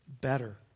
better